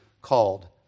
called